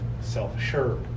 self-assured